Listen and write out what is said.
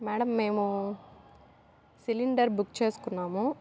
madam మేము cylinder book చేసుకున్నాము